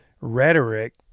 rhetoric